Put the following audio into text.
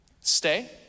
Stay